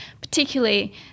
particularly